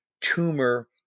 tumor